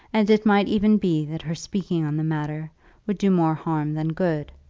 and it might even be that her speaking on the matter would do more harm than good.